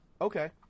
Okay